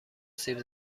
سیب